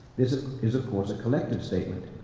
this is, of course, a collective statement,